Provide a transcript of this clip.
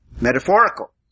metaphorical